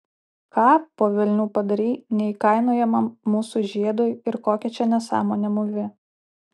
ką po velnių padarei neįkainojamam mūsų žiedui ir kokią čia nesąmonę mūvi